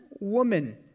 woman